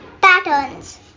patterns